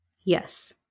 Yes